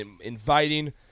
inviting